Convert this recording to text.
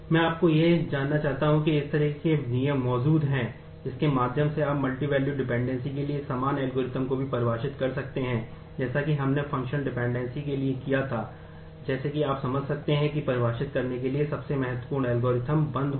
मैं आपको यह जानना चाहता हूं कि इस तरह के नियम मौजूद हैं जिसके माध्यम से आप मल्टीवैल्यूड डिपेंडेंसी भी हो